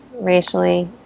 racially